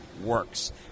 works